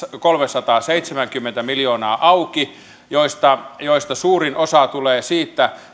kolmesataaseitsemänkymmentä miljoonaa auki josta suurin osa tulee siitä